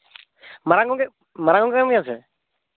ᱢᱟᱨᱟᱝ ᱜᱚᱢᱠᱮ ᱢᱟᱨᱟᱝ ᱜᱚᱢᱠᱮ ᱠᱟᱱ ᱜᱮᱭᱟᱢ ᱥᱮ